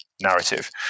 narrative